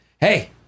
Hey